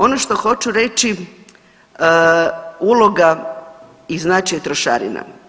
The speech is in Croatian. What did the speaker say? Ono što hoću reći uloga i značaj trošarina.